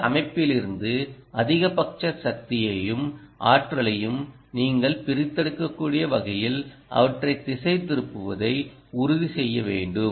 இந்த அமைப்பிலிருந்து அதிகபட்ச சக்தியையும் ஆற்றலையும் நீங்கள் பிரித்தெடுக்கக்கூடிய வகையில் அவற்றை திசைதிருப்புவதை உறுதி செய்ய வேண்டும்